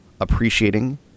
appreciating